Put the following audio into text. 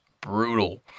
brutal